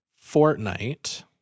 Fortnite